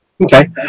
Okay